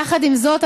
יחד עם זאת,